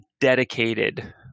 dedicated